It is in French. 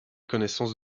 connaissance